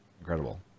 incredible